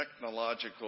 technological